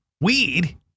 weed